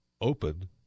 open